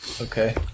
Okay